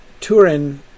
Turin